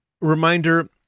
Reminder